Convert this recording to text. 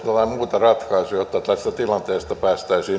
muuta ratkaisua jotta tästä tilanteesta päästäisiin